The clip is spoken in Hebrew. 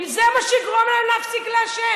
אם זה מה שיגרום להם להפסיק לעשן.